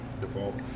default